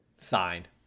signed